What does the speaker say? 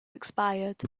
expired